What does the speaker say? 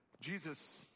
Jesus